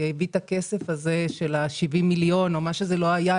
שהביא את הכסף הזה של ה-70 מיליון או מה שזה לא היה,